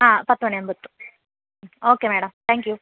ആ പത്ത് മണിയാവുമ്പം എത്തും ഓക്കെ മേഡം താങ്ക് യൂ